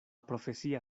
profesia